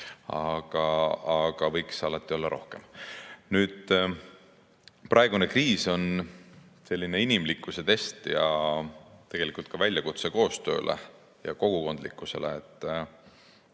aga võiks alati olla rohkem. Praegune kriis on selline inimlikkuse test ja tegelikult ka väljakutse koostööle ja kogukondlikkusele. See